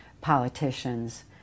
politicians